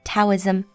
Taoism